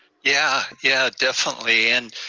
yeah, yeah, definitely. and